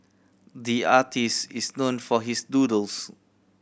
the artist is known for his doodles